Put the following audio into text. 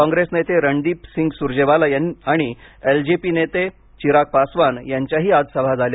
काँग्रेस नेते रणदीप सिंग सुरजेवाला आणि L J P नेते चिराग पासवान यांच्याही आज सभा झाल्या